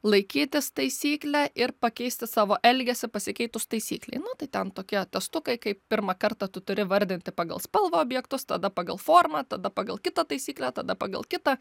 laikytis taisyklę ir pakeisti savo elgesį pasikeitus taisyklei nu tai ten tokie testukai kaip pirmą kartą tu turi vardinti pagal spalvą objektus tada pagal formą tada pagal kitą taisyklę tada pagal kitą